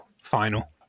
final